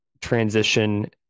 transition